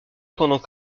pendant